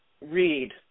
read